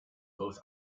both